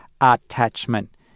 attachment